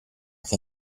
che